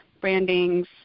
branding's